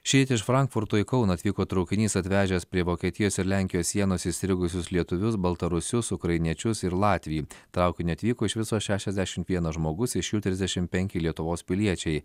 šįryt iš frankfurto į kauną atvyko traukinys atvežęs prie vokietijos ir lenkijos sienos įstrigusius lietuvius baltarusius ukrainiečius ir latvį traukiniu atvyko iš viso šešiasdešimt vienas žmogus iš jų trisdešim penki lietuvos piliečiai